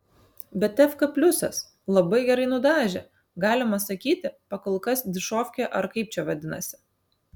bet efka pliusas labai gerai nudažė galima sakyti pakolkas dišovkė ar kaip čia vadinasi